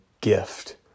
gift